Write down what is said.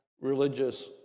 religious